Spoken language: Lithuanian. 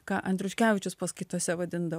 ką andriuškevičius paskaitose vadindavo